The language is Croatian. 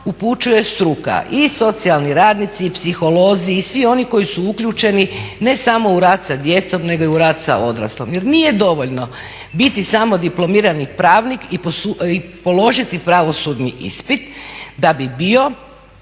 upućuje struka. I socijalni radnici i psiholozi i svi oni koji su uključeni ne samo u rad sa djecom nego i u rad sa odraslima. Jer nije dovoljno biti samo diplomirani pravnik i položiti pravosudni ispit da bi bio